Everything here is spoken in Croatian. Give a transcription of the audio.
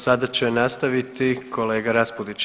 Sada će nastaviti kolega RAspudić.